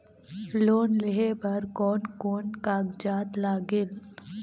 Loan लेहे बर कोन कोन कागजात लागेल?